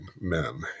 men